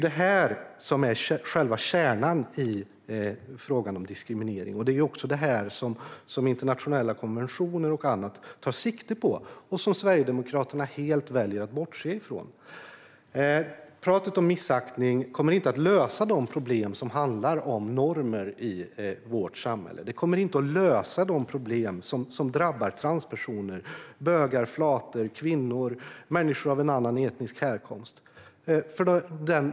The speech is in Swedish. Detta är själva kärnan i frågan om diskriminering, och det är det som internationella konventioner och annat tar sikte på och som Sverigedemokraterna helt väljer att bortse från. Pratet om missaktning kommer inte att lösa de problem som handlar om normer i vårt samhälle. Det kommer inte att lösa de problem som drabbar transpersoner, bögar, flator, kvinnor och människor av en annan etnisk härkomst.